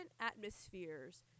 atmospheres